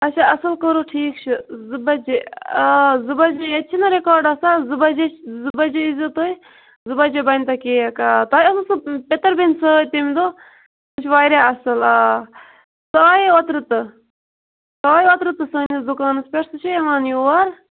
اچھا اصٕل کوٚروٕ ٹھیٖک چھُ زٕ بجے آ زٕ بجے ییتہِ چھُ نہ رکاڈ آسان زٕ بجے زٕ بجے یی زیو تُہۍ زٕ بجے بنہِ تۄہہِ کیک آ تۄہہِ اوسوُ سہ پِتٕر بیٚنہِ سۭتۍ تمہِ دۄہ سۄ چھِ واریاہ اصٕل آ سۄ آے اوترٕ تہٕ سۄ آے اوترٕ تہٕ سٲنِس دُکانس پیٹھ سُہ چھِ یوان یور